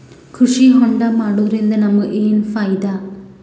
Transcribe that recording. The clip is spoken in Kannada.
ಕೃಷಿ ಹೋಂಡಾ ಮಾಡೋದ್ರಿಂದ ನಮಗ ಏನ್ ಫಾಯಿದಾ?